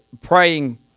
praying